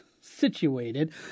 situated